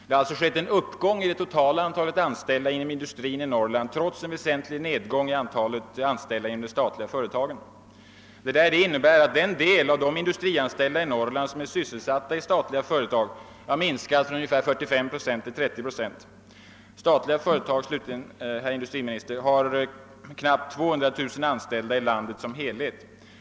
Det har alltså skett en uppgång i det totala antalet anställda inom industrin i Norrland trots en väsentlig nedgång i antalet anställda inom de statliga företagen. Detta innebär att den del av de industrianställda i Norrland som är sysselsatta i statliga företag har minskat från ungefär 45 till cirka 30 procent. Slutligen har statliga företag, herr industriminister, knappt 200 000 anställda i landet som helhet.